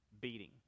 beating